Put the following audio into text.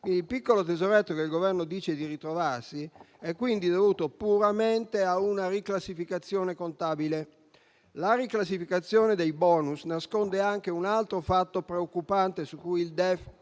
il piccolo tesoretto che il Governo dice di ritrovarsi è dovuto puramente a una riclassificazione contabile. La riclassificazione dei *bonus* nasconde un altro fatto preoccupante su cui il DEF